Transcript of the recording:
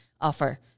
offer